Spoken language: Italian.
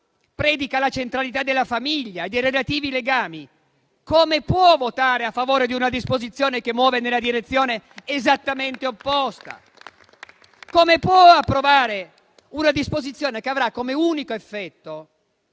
predica la centralità della famiglia e dei relativi legami come può votare a favore di una disposizione che muove nella direzione esattamente opposta? Come può approvare una disposizione che avrà come unico effetto